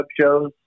shows